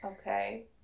Okay